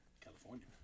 California